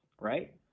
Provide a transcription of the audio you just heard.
right